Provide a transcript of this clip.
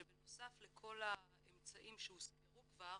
שבנוסף לכל האמצעים שהוזכרו כבר,